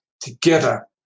Together